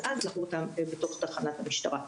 רק אז לחקור אותם בתוך תחנת המשטרה.